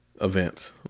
events